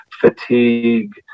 Fatigue